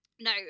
No